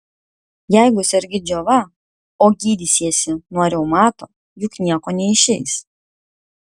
jeigu sergi džiova o gydysiesi nuo reumato juk nieko neišeis